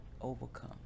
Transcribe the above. overcome